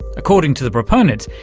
according to the proponents,